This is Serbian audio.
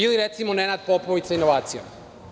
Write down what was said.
Ili, recimo, Nenad Popović sa inovacijama?